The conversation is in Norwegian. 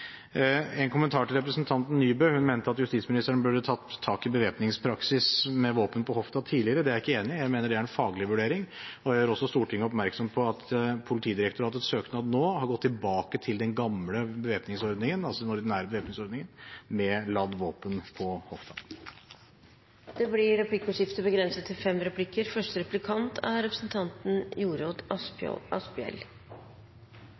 En kommentar til representanten Nybø: Hun mente at justisministeren burde tatt tak i bevæpningspraksis med våpen på hofta tidligere. Det er jeg ikke enig i. Jeg mener det er en faglig vurdering. Jeg gjør også Stortinget oppmerksom på at Politidirektoratet i søknaden nå har gått tilbake til den gamle bevæpningsordningen, altså den ordinære bevæpningsordningen, med ladd våpen på hofta. Det blir replikkordskifte. Politiet utøver makt på vegne av samfunnet. Hvordan man bruker de ulike maktmidlene, taktikk og metodikk, er